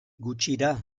gutxira